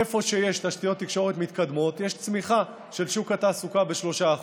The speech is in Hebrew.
איפה שיש תשתיות תקשורת מתקדמות יש צמיחה של שוק התעסוקה ב-3%,